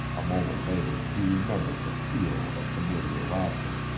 a moment later he remembered the peal of familiar laughter.